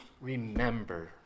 remember